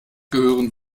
gehören